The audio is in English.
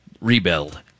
rebuild